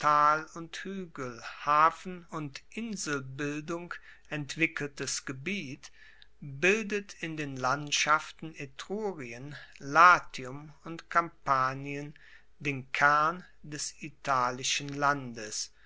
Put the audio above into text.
hafen und inselbildung entwickeltes gebiet bildet in den landschaften etrurien latium und kampanien den kern des italischen landes